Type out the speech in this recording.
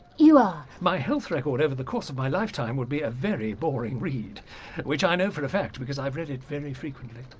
you are? my health record over the course of my lifetime would be a very boring read which i know for a fact, because i've read it very frequently.